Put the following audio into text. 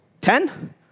Ten